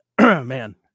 Man